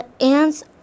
ants